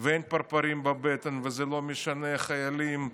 ואין פרפרים בבטן, וזה לא משנה חיילים,